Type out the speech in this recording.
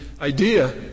IDEA